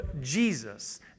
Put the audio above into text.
Jesus